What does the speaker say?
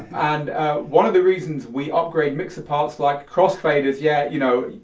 and one of the reasons we upgrade mixer parts like crossfaders, yeah you know,